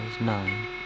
nine